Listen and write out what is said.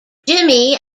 jimmy